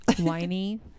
Whiny